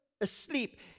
asleep